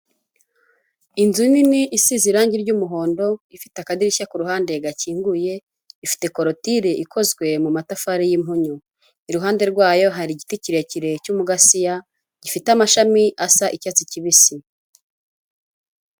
Inzu nini isize irangi ry'umuhondo, ifite akadirishya ku ruhande gakinguye, ifite korotire ikozwe mu matafari y'impunyu, iruhande rwayo hari igiti kirekire cy'umugasiya gifite amashami asa icyatsi kibisi.